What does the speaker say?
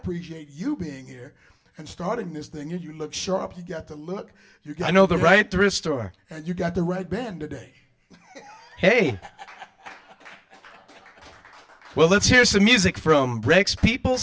appreciate you being here and starting this thing and you look sharp you get to look you know the right to restore and you got the right bend today hey well let's hear some music from breaks people